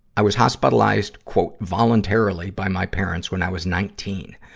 i was hospitalized voluntarily by my parents when i was nineteen.